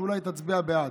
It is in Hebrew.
שאולי תצביע בעד.